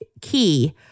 key